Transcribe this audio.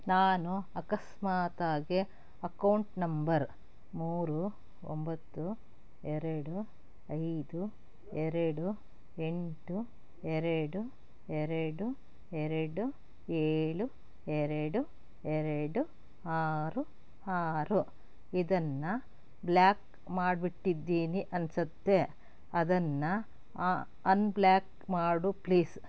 ನಾನು ಅಕಸ್ಮಾತಾಗಿ account number ಮೂರು ಒಂಬತ್ತು ಎರಡು ಐದು ಎರಡು ಎಂಟು ಎರಡು ಎರಡು ಎರಡು ಏಳು ಎರಡು ಎರಡು ಆರು ಆರು ಇದನ್ನು ಬ್ಲಾಕ್ ಮಾಡಿಬಿಟ್ಟಿದ್ದೀನಿ ಅನಿಸುತ್ತೆ ಅದನ್ನು ಅನ್ಬ್ಲಾಕ್ ಮಾಡು ಪ್ಲೀಸ್